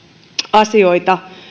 asioita